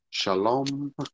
Shalom